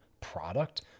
product